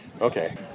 okay